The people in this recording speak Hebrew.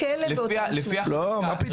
לפי החוק